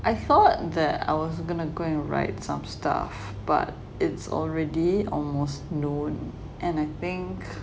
I thought that I was gonna go and write some stuff but it's already almost noon and I think